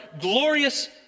glorious